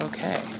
Okay